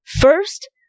first